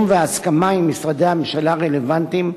והסכמה עם משרדי הממשלה הרלוונטיים,